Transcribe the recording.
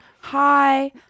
hi